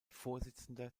vorsitzender